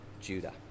Judah